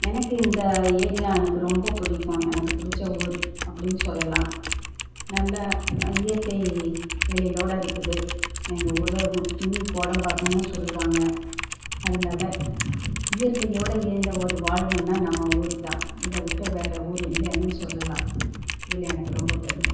எனக்கு இந்த ஏரியா எனக்கு ரொம்ப பிடிக்கும் எனக்குப் பிடிச்ச ஊர் அப்படினு சொல்லலாம் நல்லா இயற்கை எழிலோடு இருக்குது எங்கள் ஊரை மினி கோடம்பாக்கமெனு சொல்லுவாங்க அதனால இயற்கையோடு இணைந்த ஒரு வாழ்வுனால் நம்ம ஊர்தான் இதை விட்டு வேறு ஊர் இல்லைன்னே சொல்லலாம் இதில் எனக்கு ரொம்ப பெருமை